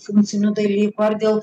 finansinių dalykų ar dėl